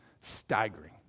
staggering